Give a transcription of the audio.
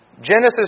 Genesis